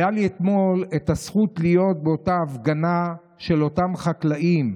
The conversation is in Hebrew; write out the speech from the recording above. הייתה לי אתמול הזכות להיות באותה הפגנה של אותם חקלאים,